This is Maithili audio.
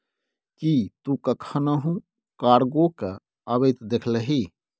कि तु कखनहुँ कार्गो केँ अबैत देखलिही?